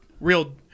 real